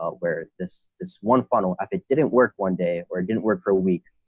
ah where this is one funnel, if it didn't work one day, or it didn't work for a week,